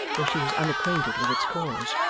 though she was unacquainted with its cause.